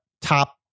top